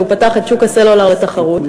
כשהוא פתח את שוק הסלולר לתחרות.